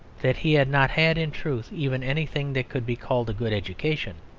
that he had not had, in truth, even anything that could be called a good education,